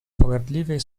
pogardliwie